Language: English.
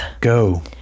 Go